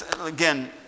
again